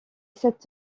cet